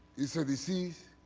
is a disease